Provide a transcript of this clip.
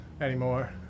anymore